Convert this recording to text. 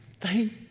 Thank